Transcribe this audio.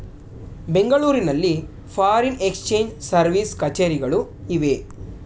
ಬೆಂಗಳೂರಿನಲ್ಲಿ foreign exchange service ಕಛೇರಿಗಳು ಇವೆ